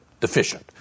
deficient